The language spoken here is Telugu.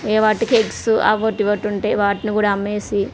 వాటికి ఎగ్స్ అవొట్ ఇవొట్టుంటాయి వాటినీ కూడా అమ్మేసి